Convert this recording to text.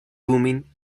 thummim